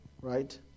right